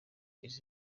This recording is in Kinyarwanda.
iki